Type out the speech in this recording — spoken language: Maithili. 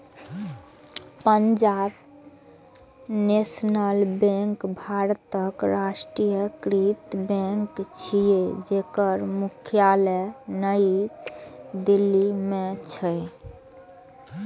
पंजाब नेशनल बैंक भारतक राष्ट्रीयकृत बैंक छियै, जेकर मुख्यालय नई दिल्ली मे छै